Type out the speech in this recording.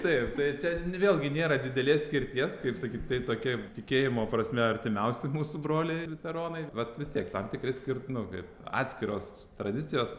taip tai čia vėlgi nėra didelės skirties kaip sakyt tai tokia tikėjimo prasme artimiausi mūsų broliai liuteronai bet vis tiek tam tikri skirt nu kaip atskiros tradicijos